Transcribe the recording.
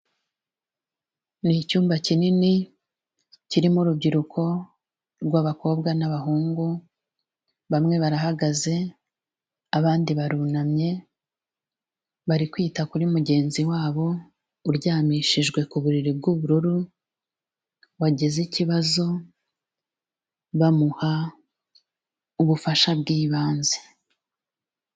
Ni icyumba kinini kirimo urubyiruko rw'abakobwa n'abahungu, bamwe barahagaze, abandi barunamye, bari kwita kuri mugenzi wabo uryamishijwe ku buriri bw'ubururu, wagize ikibazo, bamuha ubufasha bw'ibanze.